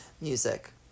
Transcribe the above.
music